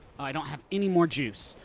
i don't have any more juice.